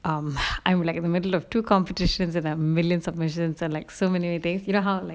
um I would like in the middle of two competitions that millions of pressure are like so many things you know how like